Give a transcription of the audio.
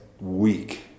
week